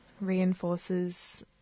reinforces